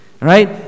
Right